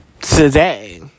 today